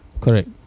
Correct